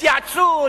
התייעצות,